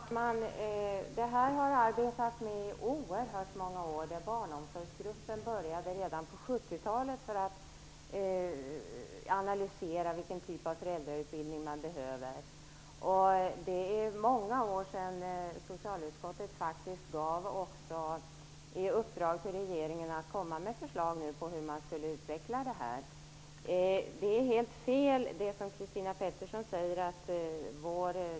Fru talman! Det här har man arbetat med i oerhört många år. Barnomsorgsgruppen började redan på 70 talet med att analysera vilken typ av föräldrautbildning man behöver. Det är många år sedan socialutskottet faktiskt också gav regeringen i uppdrag att komma med förslag om hur man skulle utveckla det här. Det var i centerkvinnornas motion som vi skrev om föräldrautbildning.